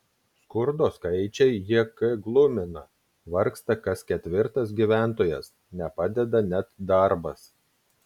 skurdo skaičiai jk glumina vargsta kas ketvirtas gyventojas nepadeda net darbas